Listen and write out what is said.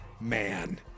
man